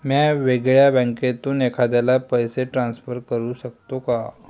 म्या वेगळ्या बँकेतून एखाद्याला पैसे ट्रान्सफर करू शकतो का?